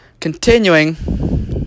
continuing